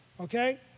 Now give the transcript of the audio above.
okay